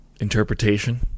interpretation